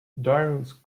darius